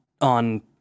on